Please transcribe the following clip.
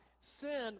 Sin